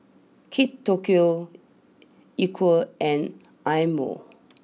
Kate Tokyo Equal and Eye Mo